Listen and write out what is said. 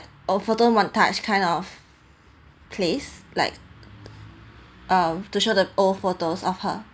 old photo montage kind of place like uh to show the old photos of her